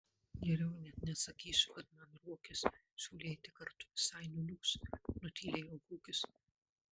geriau net nesakysiu kad man ruokis siūlė eiti kartu visai nuliūs nutylėjo gugis